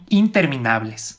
interminables